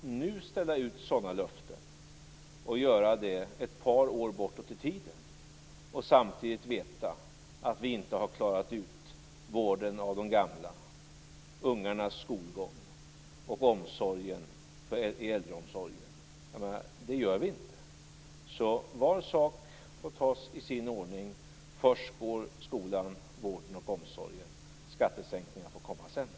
Men att nu ställa ut sådana löften, att göra det ett par år bortåt i tiden och samtidigt veta att vi inte har klarat ut vården av de gamla, ungarnas skolgång och äldreomsorgen, det gör vi inte. Var sak får tas i sin ordning. Först går skolan, vården och omsorgen. Skattesänkningarna får komma sedan.